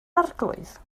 arglwydd